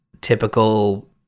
typical